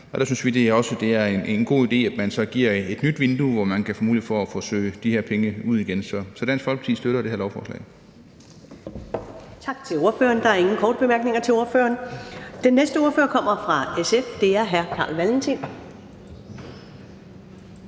kr. Der synes vi, at det også er en god idé, at man så giver et nyt vindue, hvor man kan få mulighed for at søge om at få de her penge ud igen. Så Dansk Folkeparti støtter det her lovforslag.